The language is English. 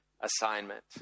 assignment